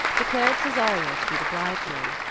declared cesario to be the bridegroom.